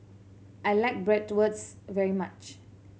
I like Bratwurst very much